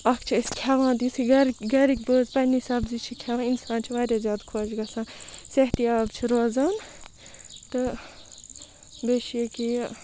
اکھ چھِ أسۍ کھیٚوان تہِ یُتھے گَرِکۍ بٲژ پَنٕنۍ سَبزی چھِ کھیٚوان اِنسان چھُ واریاہ زیادٕ خۄش گَژھان صحتہٕ یاب چھُ روزان تہٕ بیٚیہِ چھُ ییٚکیاہ یہِ